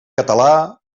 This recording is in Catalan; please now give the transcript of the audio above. català